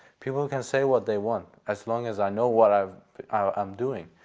people can say what they want as long as i know what i'm ah um doing.